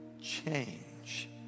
change